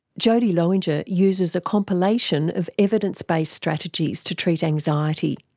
jodie lowinger uses a compilation of evidence based strategies to treat anxiety,